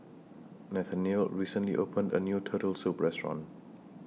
Nathaniel recently opened A New Turtle Soup Restaurant